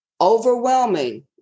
Overwhelming